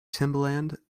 timbaland